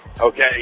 okay